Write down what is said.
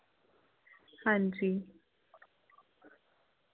हां जी